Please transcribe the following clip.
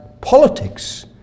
politics